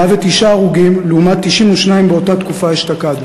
109 הרוגים לעומת 92 באותה תקופה אשתקד.